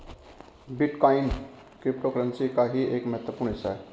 bitcoin cryptocurrency का ही एक महत्वपूर्ण हिस्सा है